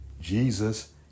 Jesus